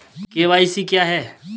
KYC क्या है?